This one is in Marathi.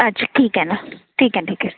अच्छा ठीक आहे ना ठीक आहे ठीक आहे